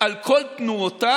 על כל תנועותיו